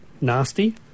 nasty